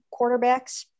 quarterbacks